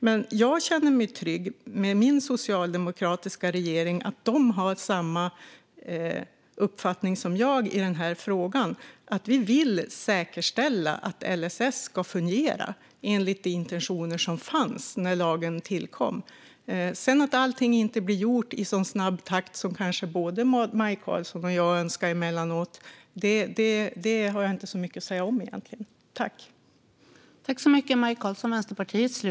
Men jag känner mig trygg med att min socialdemokratiska regering har samma uppfattning som jag i denna fråga, nämligen att vi vill säkerställa att LSS fungerar enligt de intentioner som fanns när lagen tillkom. Att allting sedan inte blir gjort i så snabb takt som kanske både Maj Karlsson och jag önskar emellanåt har jag egentligen inte så mycket att säga om.